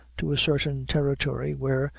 to a certain territory, where,